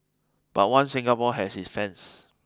but One Singapore has its fans